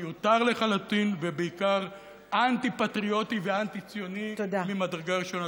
מיותר לחלוטין ובעיקר אנטי-פטריוטי ואנטי-ציוני ממדרגה ראשונה.